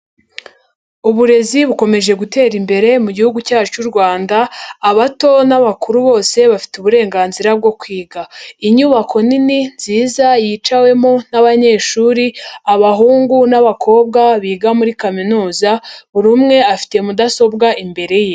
Uburezi bukomeje gutera imbere mugi cyacu cy'u Rwanda, abato n'abakuru bose bafite uburenganzira bwo kwiga. Inyubako nini nziza yicawemo n'abanyeshuri, abahungu n'abakobwa biga muri kaminuza, buri umwe afite mudasobwa imbere ye.